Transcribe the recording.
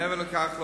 מעבר לכך,